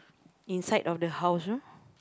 inside of the house you know